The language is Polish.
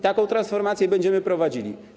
Taką transformację będziemy prowadzili.